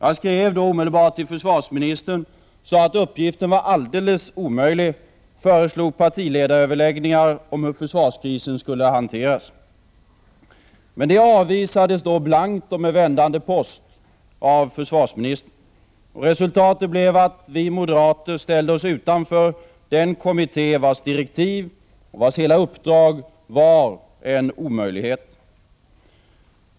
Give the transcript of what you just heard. Jag skrev då omedelbart till försvarsministern, sade att uppgiften var alldeles omöjlig och föreslog partiledaröverläggningar om hur försvarskrisen skulle hanteras. Men det avvisades blankt och med vändande post av försvarsministern. Resultatet blev att vi moderater ställde oss utanför den kommitté vars direktiv och uppdrag var en omöjlighet.